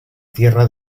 tierra